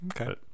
Okay